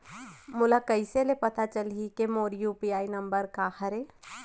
मोला कइसे ले पता चलही के मोर यू.पी.आई नंबर का हरे?